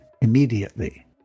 immediately